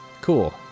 Cool